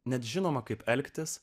net žinoma kaip elgtis